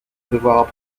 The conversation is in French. devoir